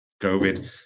COVID